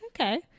Okay